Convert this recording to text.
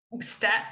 step